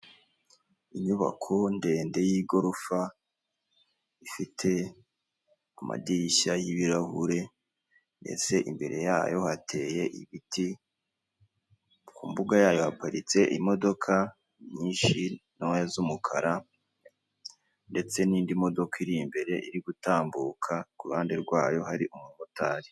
Inyubako ndende y'igorofa ifite amadirishya y'ibirahure ndetse imbere yayo hateye ibiti, ku mbuga yayo haparitse imodoka nyinshi ntoya z'umukara ndetse n'indi modoka iri imbere iri gutambuka, ku ruhande rwayo hari umumotari.